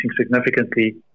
significantly